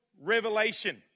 revelation